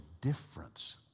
difference